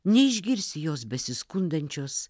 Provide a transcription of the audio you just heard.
neišgirsi jos besiskundančios